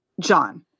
John